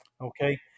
Okay